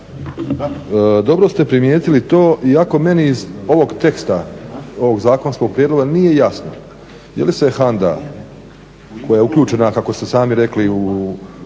dobro ste primijetili to iako meni iz ovog teksta ovog zakonskog prijedloga nije jasno je li se HANDA koja je uključena kako ste sami rekli u